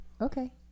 Okay